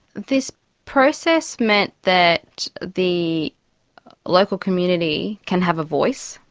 this process meant that the local community can have a voice.